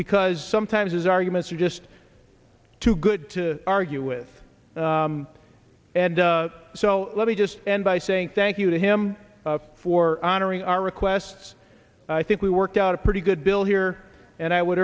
because sometimes his arguments are just too good to argue with and so let me just end by saying thank you to him for honoring our requests i think we worked out a pretty good bill here and i would